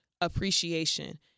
appreciation